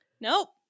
nope